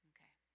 Okay